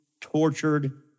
tortured